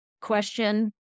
question